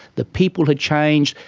the people had changed,